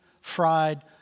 fried